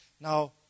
Now